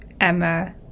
Emma